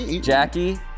Jackie